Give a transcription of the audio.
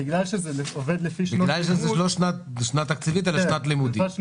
כי זה לא שנה תקציבית אלא שנת לימודים.